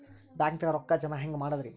ಬ್ಯಾಂಕ್ದಾಗ ರೊಕ್ಕ ಜಮ ಹೆಂಗ್ ಮಾಡದ್ರಿ?